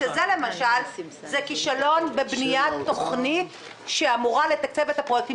הזה אז זה כישלון בבניית תוכנית שאמורה לתקצב את הפרויקטים